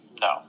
no